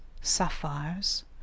sapphires